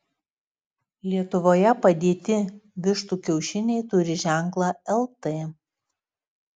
lietuvoje padėti vištų kiaušiniai turi ženklą lt